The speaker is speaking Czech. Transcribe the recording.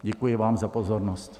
Děkuji vám za pozornost.